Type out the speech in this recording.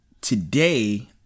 today